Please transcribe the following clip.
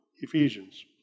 Ephesians